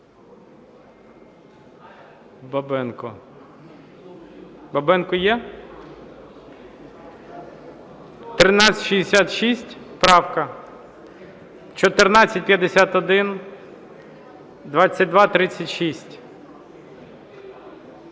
Бабенко. Бабенко є? 1366 правка. 1451. 2236.